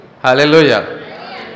Hallelujah